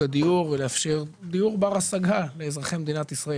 הדיור ולאפשר דיור בר-השגה לאזרחי מדינת ישראל.